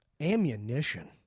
Ammunition